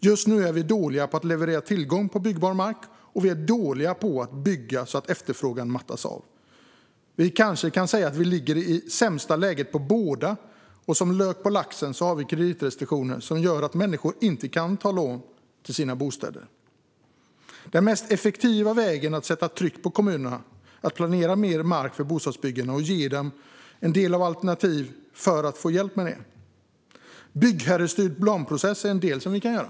Just nu är vi dåliga på att leverera tillgång på byggbar mark, och vi är dåliga på att bygga så att efterfrågan mattas av. Vi kanske kan säga att vi ligger i sämsta läget för båda dessa saker. Som lök på laxen har vi kreditrestriktioner som gör att människor inte kan ta lån till sin bostad. Den mest effektiva vägen är att sätta tryck på kommunerna att planera mer mark för bostadsbyggande och ge dem en del alternativ för att få hjälp med detta. Byggherrestyrd planprocess är något vi kan göra.